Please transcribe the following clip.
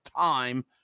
time